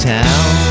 town